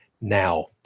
now